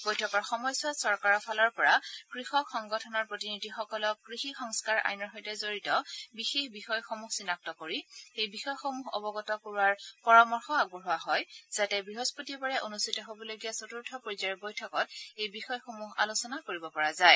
বৈঠকৰ সময়চোৱাত চৰকাৰৰ ফালৰ পৰা কৃষকসংগঠনৰ প্ৰতিনিধিসকলক কৃষি সংস্থাৰ আইনৰ সৈতে জড়িত বিশেষ বিষয়সমূহ চিনাক্ত কৰি সেই বিষয়সমূহ অৱগত কৰোৱাৰ পৰামৰ্শ আগবঢ়ায় যাতে বৃহস্পতিবাৰে অনুষ্ঠিত হবলগীয়া চতুৰ্থ পৰ্যায়ৰ বৈঠকত এই বিষয়সমূহ আলোচনা কৰিব পৰা যায়